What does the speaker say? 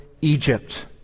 Egypt